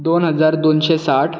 दोन हजार दोनशे साठ